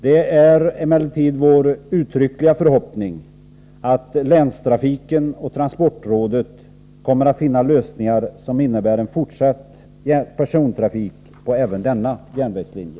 Det är emellertid vår uttryckliga förhoppning att länstrafiken och transportrådet kommer att finna lösningar som innebär en fortsatt persontrafik även på denna järnvägslinje.